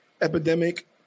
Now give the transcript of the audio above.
Epidemic